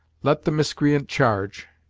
let the miscreant charge,